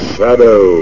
Shadow